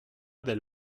del